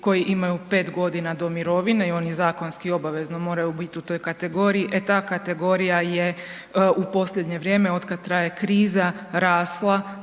koji imaju 5 godina do mirovine i oni zakonski obavezno moraju biti u toj kategorija je u posljednje vrijeme, otkad traje kriza rasla